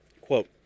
Quote